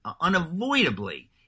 unavoidably